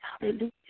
hallelujah